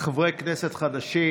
כחברי כנסת חדשים.